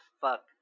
Fuck